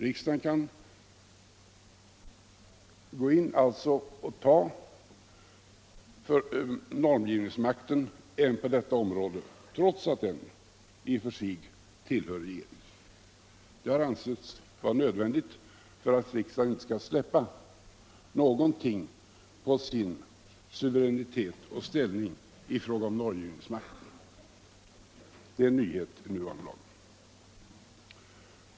Riksdagen kan alltså gå in och ta normgivningsmakten även på detta område, trots att den i och för sig tillhör regeringen. Det har ansetts vara nödvändigt för att riksdagen inte i något avseende skall släppa på sin suveränitetsställning i fråga om normgivningsmakten. Detta är en nyhet i nuvarande lag.